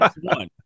One